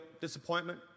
disappointment